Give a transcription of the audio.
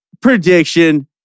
Prediction